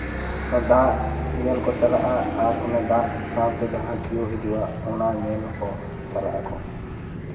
ᱫᱟᱜ ᱧᱮᱞ ᱠᱚ ᱪᱟᱞᱟᱜᱼᱟ ᱟᱨ ᱚᱱᱟ ᱫᱟᱜ ᱥᱟᱶᱛᱮ ᱡᱟᱦᱟᱸ ᱰᱷᱮᱣ ᱦᱤᱡᱩᱜᱼᱟ ᱚᱱᱟ ᱧᱮᱞ ᱦᱚᱸᱠᱚ ᱪᱟᱞᱟᱜ ᱟᱠᱚ